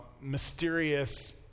mysterious